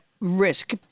risk